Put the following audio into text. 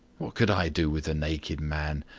what could i do with a naked man?